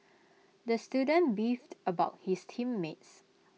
the student beefed about his team mates